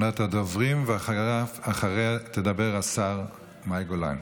אחרונת הדוברים, ואחריה תדבר השרה מאי גולן.